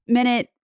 minute